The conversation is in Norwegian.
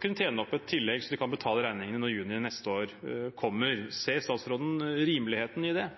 kunne tjene opp et tillegg så de kan betale regningene når juni neste år kommer. Ser statsråden rimeligheten i det?